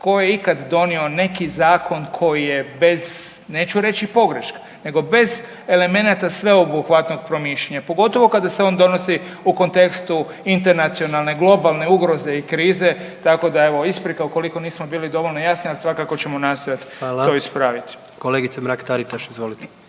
tko je ikad donio neki zakon koji je bez neću reći pogreške, nego bez elemenata sveobuhvatnog promišljanja. Pogotovo kada se on donosi u kontekstu internacionalne, globalne, ugroze i krize. Tako da evo isprika ukoliko nismo bili dovoljno jasni, ali svakako ćemo nastojati to ispraviti. **Jandroković, Gordan (HDZ)** Hvala.